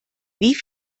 wie